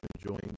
enjoying